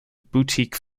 boutique